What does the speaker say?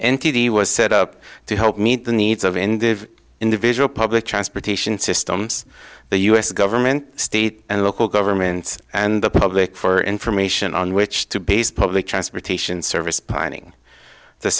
was set up to help meet the needs of in the individual public transportation systems the us government state and local governments and the public for information on which to base public transportation service pining the